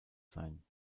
sein